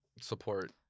support